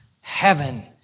heaven